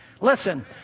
Listen